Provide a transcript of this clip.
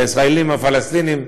הישראלים עם הפלסטינים.